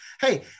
Hey